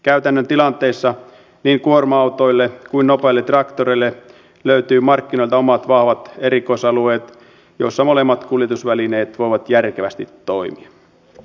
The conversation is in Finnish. käytännön tilanteissa niin kuorma autoille kuin myös nopeille traktoreille löytyy markkinoilta omat vahvat erikoisalueensa joilla molemmat kuljetusvälineet voivat järkevästi toimia